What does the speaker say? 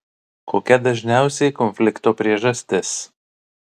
kokia dažniausiai konflikto priežastis